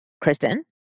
Kristen